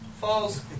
falls